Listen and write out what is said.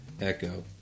Echo